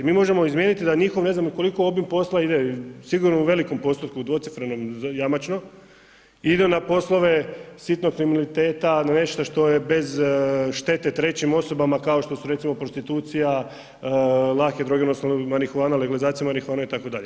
Mi možemo izmijeniti da njihov ne znam koliko obim posla ide sigurno u velikom postotku dvocifrenom jamačno ide na poslove sitnog kriminaliteta na nešto što je bez štete trećim osobama kao što su recimo prostitucija, lake droge odnosno marihuana, legalizacija marihuane itd.